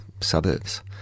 suburbs